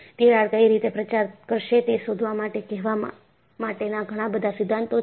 તિરાડ કઈ રીતે પ્રચાર કરશે તે શોધવા માટે કહેવા માટેના ઘણાબધા સિદ્ધાંતો છે